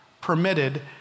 permitted